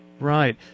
Right